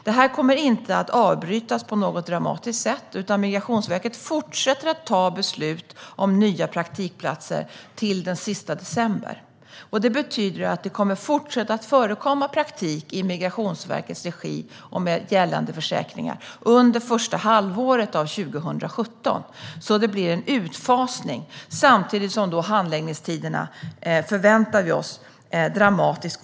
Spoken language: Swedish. Detta kommer inte att avbrytas på något dramatiskt sätt, utan Migrationsverket fortsätter att ta beslut om nya praktikplatser till den 31 december. Det betyder att det kommer fortsätta att förekomma praktik i Migrationsverkets regi och med gällande försäkringar under första halvåret 2017. Det blir en utfasning samtidigt som handläggningstiderna, förväntar vi oss, minskar dramatiskt.